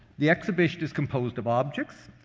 the exhibition is composed of objects,